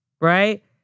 right